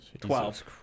Twelve